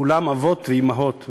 כולם אבות ואימהות,